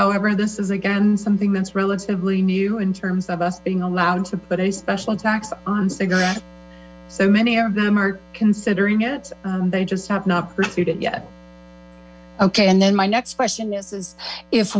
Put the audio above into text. however this is again something that's relatively new in terms of us being allowed to put a special tax on cigarets so many of them are considered doing it they just have not pursued it yet and then my next question is is if